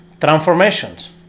transformations